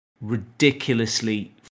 ridiculously